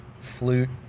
flute